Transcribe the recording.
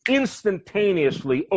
instantaneously